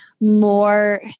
more